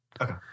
Okay